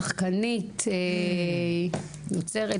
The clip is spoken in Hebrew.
שחקנית יוצר,